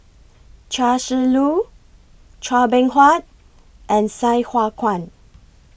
Chia Shi Lu Chua Beng Huat and Sai Hua Kuan